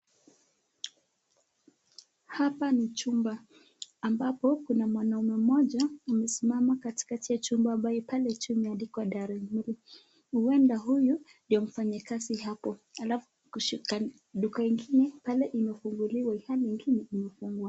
Hapa ni chumba ambapo kuna mwanaume mmoja amesimama katikati ya chumba ambayo pale tu imeandikwa Darren Mary. Huenda huyu ndio mfanyakazi hapo. Alafu kisha duka ingine pale imefunguliwa. Hii hapa ingine imefunguliwa.